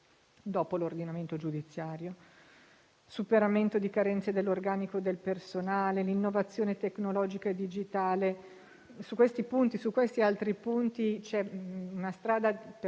dopo l'ordinamento giudiziario. Vi è poi il superamento di carenze dell'organico del personale, l'innovazione tecnologica e digitale: su questi e altri punti c'è una strada già